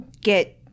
get